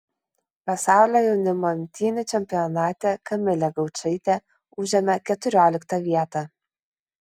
pasaulio jaunimo imtynių čempionate kamilė gaučaitė užėmė keturioliktą vietą